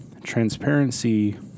transparency